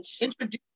introduce